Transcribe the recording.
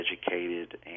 educated